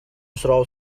throw